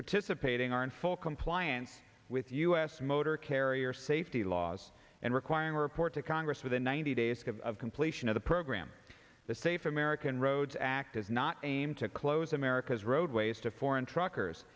participating are in full compliance with u s motor carrier safety laws and requiring a report to congress within ninety days of completion of the program the safe american roads act is not aimed to close america's roadways to foreign truckers